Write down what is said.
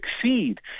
succeed